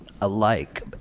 alike